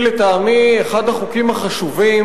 שלטעמי היא אחת מהצעות החוק החשובות